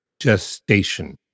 gestation